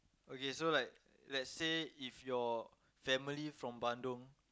okay so like let's say if your family from Bandung